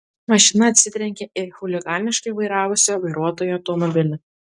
mašina atsitrenkė į chuliganiškai vairavusio vairuotojo automobilį